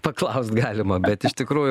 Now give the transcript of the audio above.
paklaust galima bet iš tikrųjų